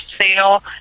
sale